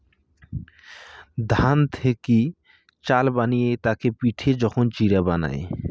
ধান থেকি চাল বানিয়ে তাকে পিটে যখন চিড়া বানায়